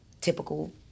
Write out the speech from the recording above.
typical